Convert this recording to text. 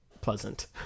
pleasant